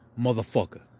motherfucker